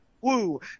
woo